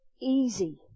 easy